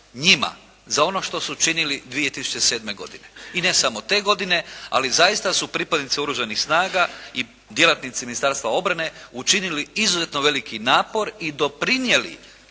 za ono što su učinili 2007. godine i ne samo te godine, ali zaista su pripadnici Oružanih snaga i djelatnici Ministarstva obrane učinili izuzetno veliki napor i doprinijeli